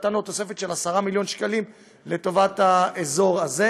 נתנו תוספת של 10 מיליון שקלים לטובת האזור הזה.